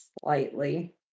slightly